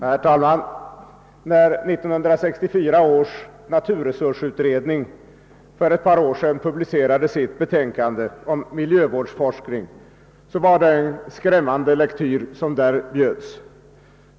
Herr talman! När 1964 års naturresursutredning för ett par år sedan publicerade sitt betänkande om miljövårdsforskning var det skrämmande lektyr som bjöds.